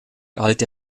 galt